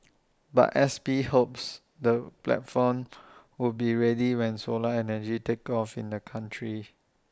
but S P hopes the platform would be ready when solar energy takes off in the country